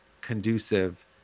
conducive